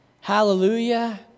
Hallelujah